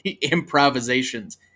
improvisations